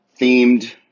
themed